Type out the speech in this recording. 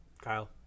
Kyle